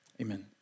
Amen